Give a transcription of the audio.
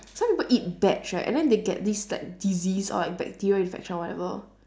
some people eat bats right and then they get like this disease or like bacteria infection or whatever